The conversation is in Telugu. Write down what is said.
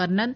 కర్ణన్